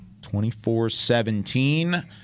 24-17